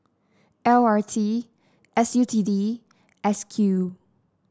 L R T S U T D S Q